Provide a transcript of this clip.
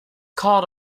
called